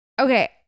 Okay